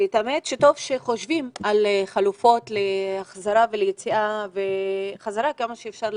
טוב שחושבים על חלופות ליציאה מהסגר וחזרה לשגרה כמה שאפשר.